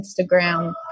Instagram